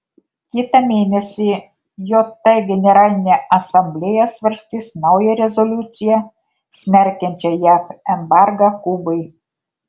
kitą mėnesį jt generalinė asamblėja svarstys naują rezoliuciją smerkiančią jav embargą kubai